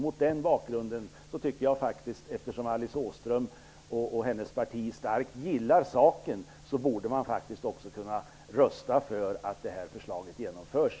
Mot den bakgrunden tycker jag faktiskt, eftersom Alice Åström och hennes parti starkt gillar saken att man enhälligt i kammaren borde kunna rösta för att förslaget genomförs.